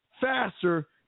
faster